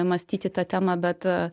mąstyti ta tema bet